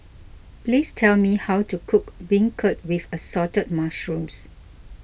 please tell me how to cook Beancurd with Assorted Mushrooms